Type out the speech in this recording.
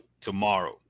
tomorrow